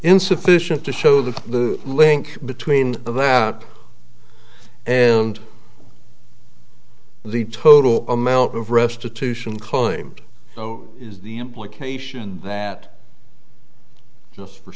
insufficient to show the link between that and the total amount of restitution claimed is the implication that just for